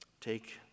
take